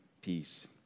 peace